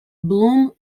bloom